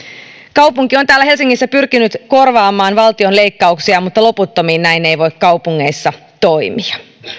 kaupunki on täällä helsingissä pyrkinyt korvaamaan valtion leikkauksia mutta loputtomiin näin ei voi kaupungeissa toimia